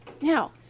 Now